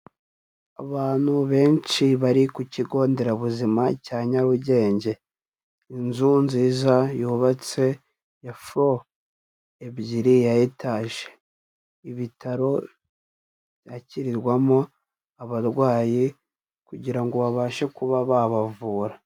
Abantu benshi bari ku kigo nderabuzima cya Nyarugenge, inzu nziza yubatse ya floor ebyiri ya etaje, ibitaro byakirirwamo abarwayi kugira ngo babashe kuba babavura.